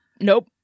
Nope